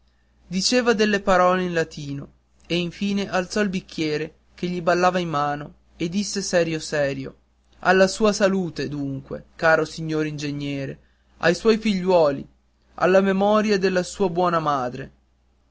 diceva delle parole in latino e in fine alzò il bicchiere che gli ballava in mano e disse serio serio alla sua salute dunque caro signor ingegnere ai suoi figliuoli alla memoria della sua buona madre